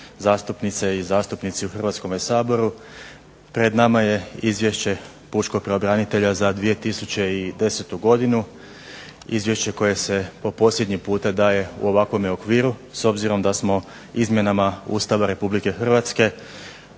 zastupnice i zastupnici u Hrvatskome saboru. Pred nama je Izvješće pučkog pravobranitelja za 2010. godinu, Izvješće koje se po posljednji puta daje u ovakvome okviru, s obzirom da smo izmjenama Ustava Republike Hrvatske